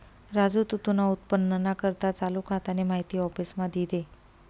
राजू तू तुना उत्पन्नना करता चालू खातानी माहिती आफिसमा दी दे